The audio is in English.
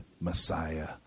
Messiah